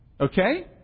Okay